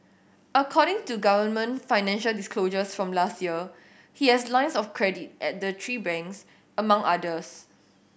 according to government financial disclosures from last year he has lines of credit at the three banks among others